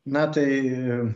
na tai